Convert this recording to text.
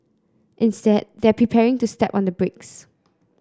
instead they're prepared to step on the brakes